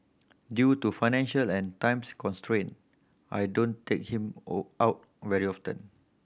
due to financial and times constraint I don't take him out very often